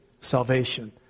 salvation